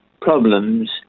problems